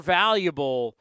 valuable